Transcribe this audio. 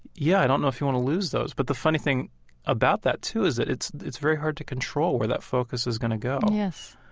yeah, i don't know if you want to lose those. but the funny thing about that, too, is that it's it's very hard to control where that focus is going to go yes.